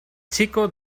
chico